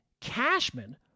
Cashman